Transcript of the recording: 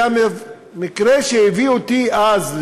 והמקרה שהביא אותי אז,